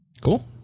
cool